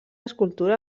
escultura